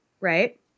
right